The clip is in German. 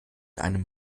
einem